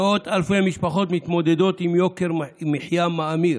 מאות אלפי משפחות מתמודדות עם יוקר מחיה מאמיר,